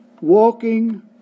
walking